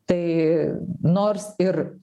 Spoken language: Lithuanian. tai nors ir